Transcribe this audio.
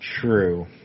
True